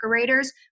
decorators